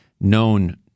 known